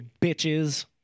bitches